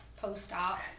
post-op